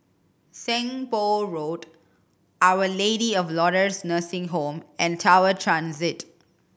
Seng Poh Road Our Lady of Lourdes Nursing Home and Tower Transit